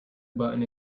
button